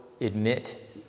admit